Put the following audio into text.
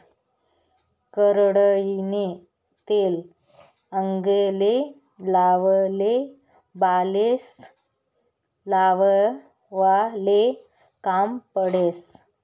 करडईनं तेल आंगले लावाले, बालेस्ले लावाले काम पडस